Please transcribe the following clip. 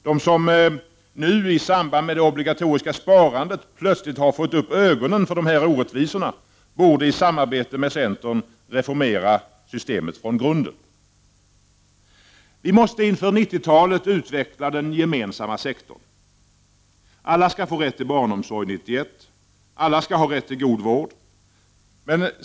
De som nu i samband med det obligatoriska sparandet plötsligt har fått upp ögonen för orättvisorna borde i samarbete med centern reformera systemet från grunden. Vi måste inför 90-talet utveckla den gemensamma sektorn. Alla skall få rätt till barnomsorg 1991. Alla skall ha rätt till god vård.